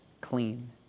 clean